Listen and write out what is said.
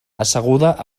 asseguda